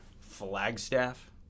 flagstaff